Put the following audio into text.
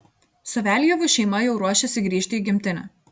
saveljevų šeima jau ruošiasi grįžti į gimtinę